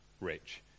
Rich